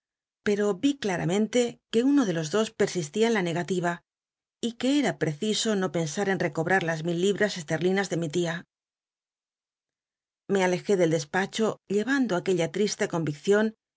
pero vi claamenle que uno de los dos pesislin en la negativa y que era preciso no pensar en recobrn las mil libras esterlinas de mi tia me alejé del despacho llevando aquella triste comiccion y